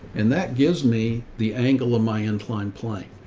and that gives me the angle of my inclined plane.